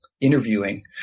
interviewing